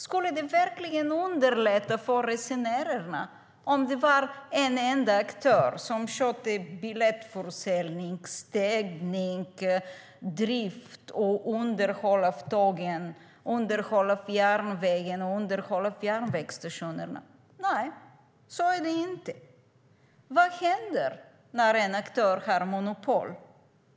Skulle det verkligen underlätta för resenärerna om en enda aktör skötte biljettförsäljning, städning, drift och underhåll av tåg samt underhåll av järnväg och järnvägsstationer? Nej, så är det inte. Vad händer när en aktör har monopol?